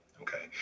okay